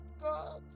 God